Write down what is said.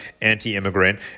anti-immigrant